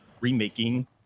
remaking